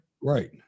Right